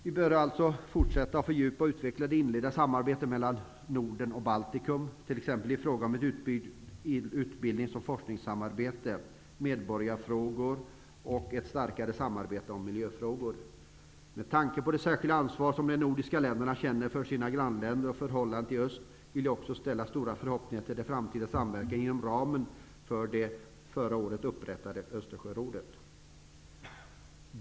Vi bör alltså fortsätta att fördjupa och utveckla det inledda samarbetet mellan Norden och Baltikum med t.ex. ett utbyggt utbildnings och forskningssamarbete, samarbete om medborgarfrågor och ett starkare samarbete om miljöfrågor. Med tanke på det särskilda ansvar som de nordiska länderna känner för sina grannländer och för förhållandena i öst vill jag också ställa stora förhoppningar till framtida samverkan inom ramen för det förra året upprättade Östersjörådet.